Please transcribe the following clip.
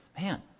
Man